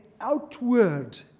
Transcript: outward